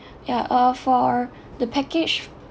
yeah uh for the package